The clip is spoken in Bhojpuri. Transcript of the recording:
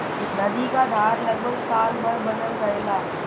नदी क धार लगभग साल भर बनल रहेला